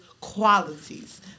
qualities